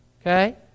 okay